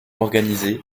organisées